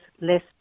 less